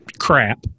crap